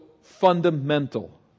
fundamental